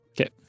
Okay